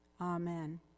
Amen